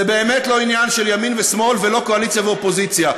זה באמת לא עניין של ימין ושמאל ולא קואליציה ואופוזיציה.